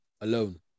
alone